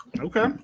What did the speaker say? Okay